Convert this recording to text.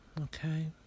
Okay